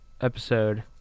episode